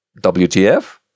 WTF